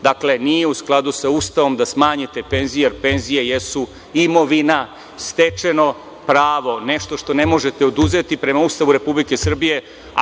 Dakle, nije u skladu sa Ustavom da smanjite penzije, jer penzije jesu imovina, stečeno pravo, nešto što ne možete oduzeti. Prema Ustavu Republike Srbije,